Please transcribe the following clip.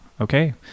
Okay